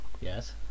Yes